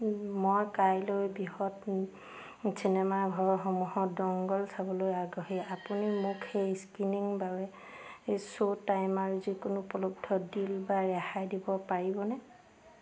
মই কাইলৈ বৃহৎ চিনেমাঘৰসমূহত দঙ্গল চাবলৈ আগ্ৰহী আপুনি মোক সেই স্ক্ৰীনিংৰ বাবে শ্ব' টাইম আৰু যিকোনো উপলব্ধ ডিল বা ৰেহাই দিব পাৰিবনে